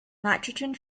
nitrogen